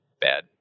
Bad